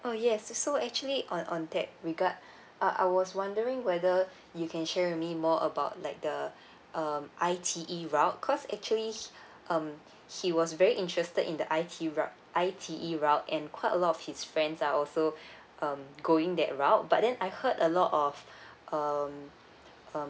oh yes so actually on on that regard uh I was wondering whether you can share with me more about like the um I_T_E route cause actually um he was very interested in the I_T_E route I_T_E route and quite a lot of his friends are also um going that route but then I heard a lot of um um